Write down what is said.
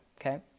okay